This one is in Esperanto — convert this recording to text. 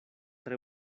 tre